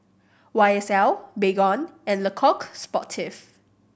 Y S L Baygon and Le Coq Sportif